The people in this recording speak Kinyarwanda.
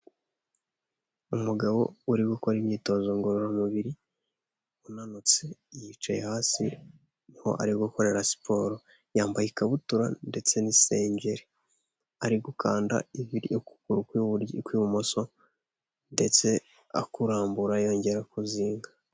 Umugabo uri gukora imyitozo ngororamubiri unanutse yicaye hasi niho ari gukorera siporo yambaye ikabutura ndetse n'isengeri, ari gukanda ivi ryo ku kuguru kw'ibumoso ndetse akurambura yongera akuzinga.